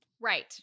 Right